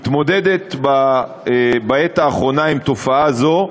מתמודדת בעת האחרונה עם תופעה זו,